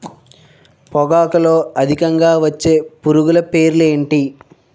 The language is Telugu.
పొగాకులో అధికంగా వచ్చే పురుగుల పేర్లు ఏంటి